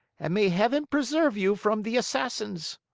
and may heaven preserve you from the assassins.